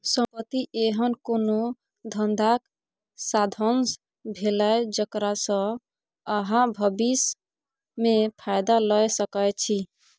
संपत्ति एहन कोनो धंधाक साधंश भेलै जकरा सँ अहाँ भबिस मे फायदा लए सकै छी